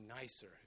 nicer